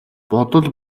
бодол